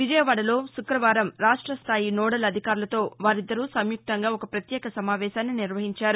విజయవాడలో శుక్రవారం రాష్ట స్దాయి నోడల్ అధికారులతో వారిద్దరూ సంయుక్తంగా ఒక ప్రత్యేక సమావేశాన్ని నిర్వహించారు